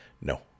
No